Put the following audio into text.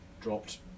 dropped